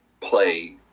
play